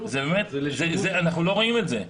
אנחנו לא רואים את זה.